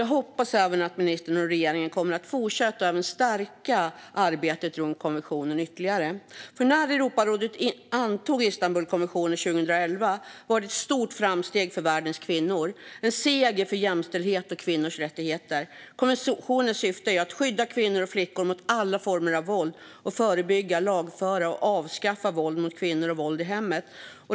Jag hoppas även att ministern och regeringen kommer att fortsätta att stärka sitt arbete med konventionen ytterligare. När Europarådet antog Istanbulkonventionen 2011 var det ett stort framsteg för världens kvinnor. Det var en seger för jämställdhet och kvinnors rättigheter. Konventionens syfte är att skydda kvinnor och flickor mot alla former av våld och att förebygga, lagföra och avskaffa våld mot kvinnor och våld i hemmet.